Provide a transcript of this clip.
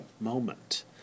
moment